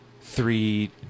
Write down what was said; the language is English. three